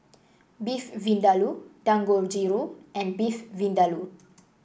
Beef Vindaloo Dangojiru and Beef Vindaloo